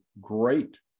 great